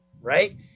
right